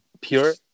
pure